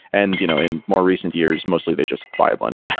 and you know in more recent years, mostly they just buy a bunch,